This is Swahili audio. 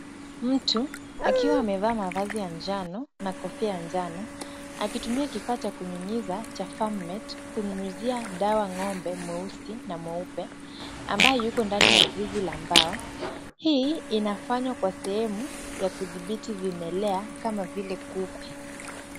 Mtu akiwa amevaa mavazi ya njano na kofia ya njano, akitumia kifaa cha kunyunyiza cha Farmate kunyunyizia dawa ng'ombe mweusi na mweupe, ambaye yuko ndani ya zizi la mbao. Hii inafanywa kwa sehemu ya kudhibiti vimelea kama vile kupe.